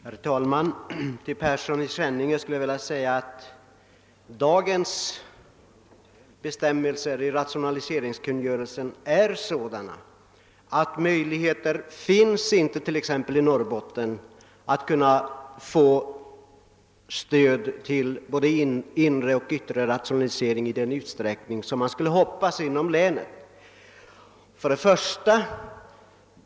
Herr talman! Till herr Persson i Skänninge skulle jag vilja säga att de nuvarande bestämmelserna i rationaliseringskungörelsen är sådana att möjligheter inte finns att i t.ex. Norrbotten få stöd till både inre och yttre rationalisering i den utsträckning som man inom länet skulle kunna hoppas.